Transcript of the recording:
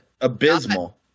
abysmal